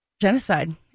genocide